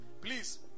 please